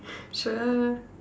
sure